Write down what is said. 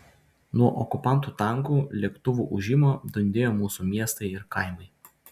nuo okupantų tankų lėktuvų ūžimo dundėjo mūsų miestai ir kaimai